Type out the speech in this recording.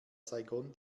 saigon